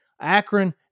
Akron